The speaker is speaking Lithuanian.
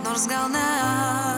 nors gana